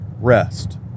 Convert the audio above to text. rest